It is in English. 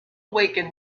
weaken